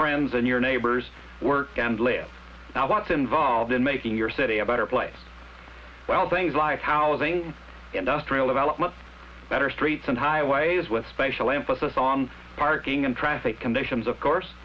friends and your neighbors work and live now what's involved in making your city a better place well things like housing industrial development better streets and highways with special emphasis on parking and traffic conditions of course